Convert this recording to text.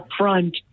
upfront